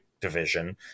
division